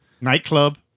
nightclub